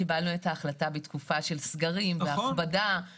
קיבלנו את ההחלטה בתקופה של סגרים והכבדה.